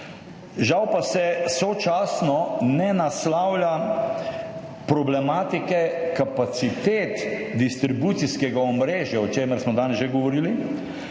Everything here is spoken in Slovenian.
žal pa se sočasno ne naslavlja problematike kapacitet distribucijskega omrežja, o čemer smo danes že govorili,